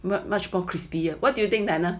but much more crispy yet what do you think diana